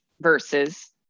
Versus